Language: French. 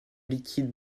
liquide